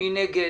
מי נגד?